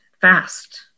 fast